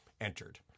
entered